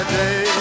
day